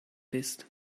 bist